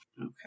Okay